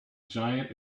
giant